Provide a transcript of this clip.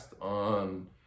on